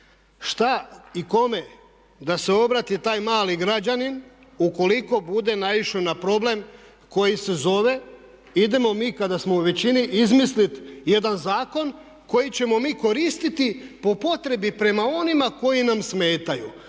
Šta i kome da se obrati taj mali građani ukoliko bude naišao na problem koji se zove idemo mi kada smo u većini izmisliti jedan zakon koji ćemo mi koristiti po potrebi prema onima koji nam smetaju.